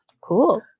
Cool